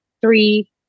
three